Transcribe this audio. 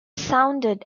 sounded